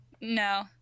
No